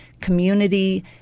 community